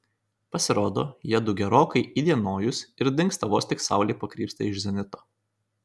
pasirodo jiedu gerokai įdienojus ir dingsta vos tik saulė pakrypsta iš zenito